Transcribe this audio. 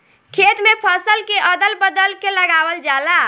खेत में फसल के अदल बदल के लगावल जाला